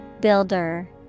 Builder